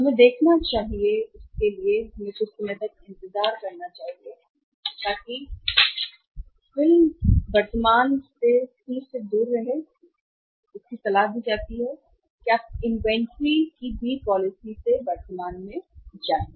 हमें देखना चाहिए इसके लिए हमें कुछ समय तक इंतजार करना चाहिए ताकि फिल्म वर्तमान से सी से दूर रहे सलाह दी जाती है कि आप इन्वेंट्री की बी पॉलिसी से वर्तमान में जाएं